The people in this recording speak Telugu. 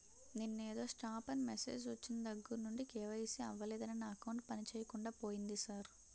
నిన్నేదో స్టాప్ అని మెసేజ్ ఒచ్చిన దగ్గరనుండి కే.వై.సి అవలేదని నా అకౌంట్ పనిచేయకుండా పోయింది సార్